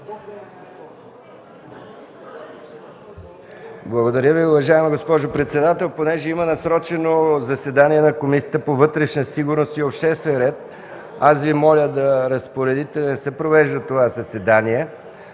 Благодаря Ви, уважаема госпожо председател. Тъй като има насрочено заседание на Комисията по вътрешна сигурност и обществен ред, моля Ви, да разпоредите да не се провежда това заседание.